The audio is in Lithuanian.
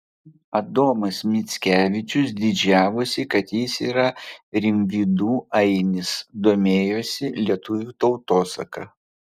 adomas mickevičius didžiavosi kad jis yra rimvydų ainis domėjosi lietuvių tautosaka